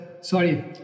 sorry